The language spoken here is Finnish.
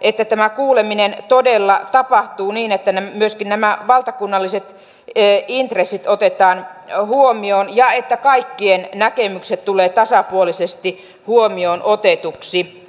että tämä kuuleminen todella tapahtuu niin että myöskin nämä valtakunnalliset intressit otetaan huomioon ja että kaikkien näkemykset tulevat tasapuolisesti huomioon otetuiksi